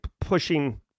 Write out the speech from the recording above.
pushing